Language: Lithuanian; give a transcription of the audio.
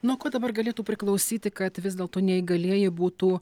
nuo ko dabar galėtų priklausyti kad vis dėlto neįgalieji būtų